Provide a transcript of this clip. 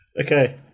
Okay